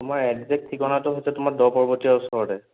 আমাৰ একজেক্ট ঠিকনাটো হৈছে তোমাৰ দ পৰ্বতীয়াৰ ওচৰতে